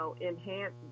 enhance